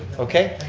okay,